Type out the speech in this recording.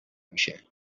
میشه